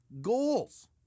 goals